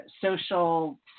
social